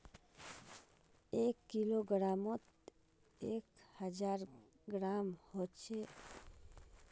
एक किलोग्रमोत एक हजार ग्राम होचे